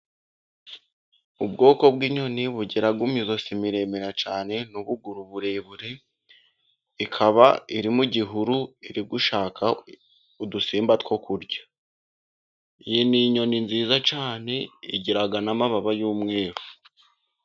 Ubwoko bw'inyoni bugIra majosi maremare cyane n'ubuguru uburebure, ikaba iri mu igihuru iri gushaka udusimba two kurya. Iyi ni inyoni nziza cyane igira n'amababa y'umweru,